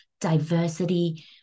diversity